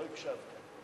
לא הקשבתם.